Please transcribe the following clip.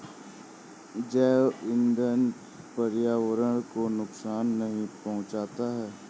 जैव ईंधन पर्यावरण को नुकसान नहीं पहुंचाता है